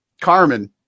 Carmen